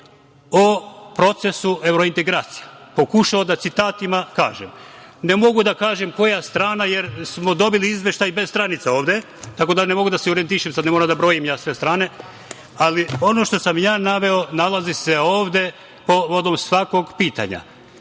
o procesu evrointegracija, pokušao da citatima kažem. Ne mogu da kažem koja strana, jer smo dobili izveštaj bez stranica ovde, tako da ne mogu da se orijentišem. Ne mogu da brojim ja sve strane, ali ono što sam ja naveo nalazi se ovde povodom svakog pitanja.